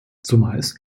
zumeist